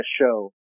show